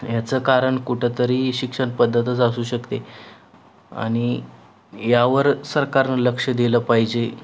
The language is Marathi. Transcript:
ह्याचं कारण कुठंतरी शिक्षण पद्धतच असू शकते आणि यावर सरकारनं लक्ष दिलं पाहिजे